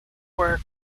work